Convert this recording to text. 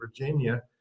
Virginia